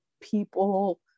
people